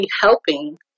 helping